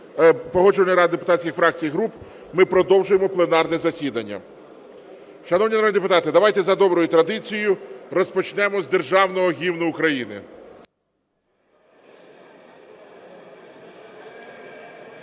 Погоджувальної ради депутатських фракцій і груп ми продовжуємо пленарне засідання. Шановні народні депутати, давайте за доброю традицією розпочнемо з Державного Гімну України.